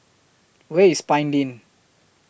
Where IS Pine Lane